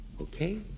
Okay